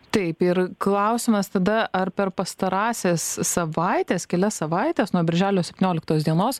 taip ir klausimas tada ar per pastarąsias savaites kelias savaites nuo birželio septynioliktos dienos